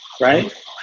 Right